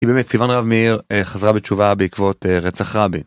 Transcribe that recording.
היא באמת סיוון רב מאיר חזרה בתשובה בעקבות רצח רבי.